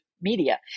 media